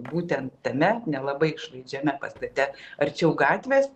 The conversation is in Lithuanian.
būtent tame nelabai išvaizdžiame pastate arčiau gatvės